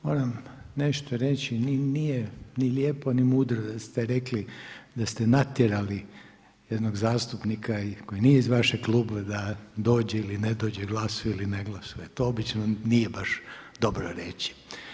Moram nešto reći, nije ni lijepo ni mudro da ste rekli da ste natjerali jednog zastupnika i koji nije iz vašeg kluba da dođe ili ne dođe, glasuje ili ne glasuje, to obično nije baš dobro reći.